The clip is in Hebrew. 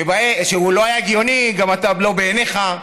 שהוא לא היה הגיוני, גם לא בעיניך,